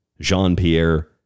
Jean-Pierre